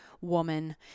woman